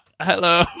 hello